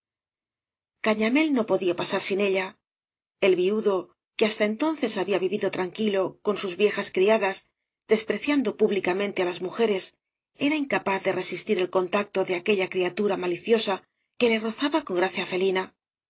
cañamél no podia pasar sin ella el viudo que hasta entonces había vivido tranquilo con sus viejas criadas despreciando públicamente á las mujeres era incapaz de resistir el contacto de aquella criatura maliciosa que le rozaba con gracia felina